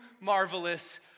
marvelous